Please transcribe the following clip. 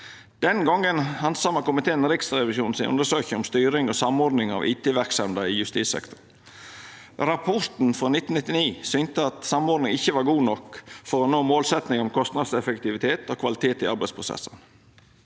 Den gongen handsama komiteen Riksrevisjonens undersøking om styring og samordning av IT-verksemda i justissektoren. Rapporten frå 1999 synte at samordninga ikkje var god nok for å nå målsetjinga om kostnadseffektivitet og kvalitet i arbeidsprosessane.